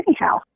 anyhow